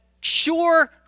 sure